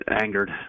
angered